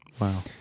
wow